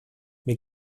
mir